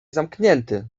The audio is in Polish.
zamknięty